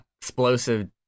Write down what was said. Explosive